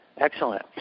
excellent